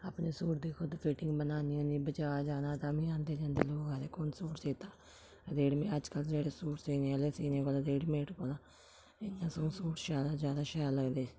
अपने सूट दी खुद फिटिंग बनान्नी होन्नीं बजार जाना ताह्म्मीं औंदे जंदे लोक आखदे कु'न्न सूट सीता जेह्ड़े में अजकल्ल जेह्ड़े सूट सीने आह्ले सीने कोला रैडीमेड कोला इ'यां सगूं सूट शैल जैदा शैल लगदे